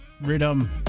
rhythm